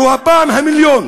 זו הפעם המיליון